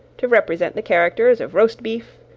to represent the characters of roast beef,